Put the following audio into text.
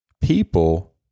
people